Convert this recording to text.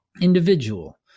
Individual